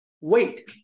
wait